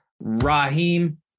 Raheem